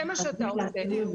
זה מה שאתה עושה.